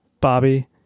Bobby